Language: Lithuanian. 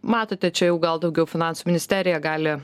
matote čia jau gal daugiau finansų ministerija gali